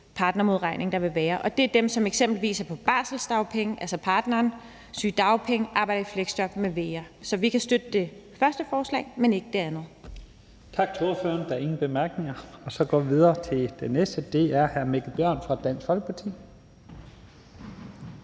partnermodregning, der vil være, og det er dem, der eksempelvis er på barselsdagpenge, altså partneren, eller på sygedagpenge, eller som arbejder i fleksjob m.v. Så vi kan støtte det første forslag, men ikke det andet.